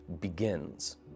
begins